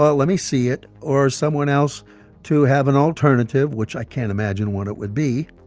but let me see it, or someone else to have an alternative, which i can't imagine what it would be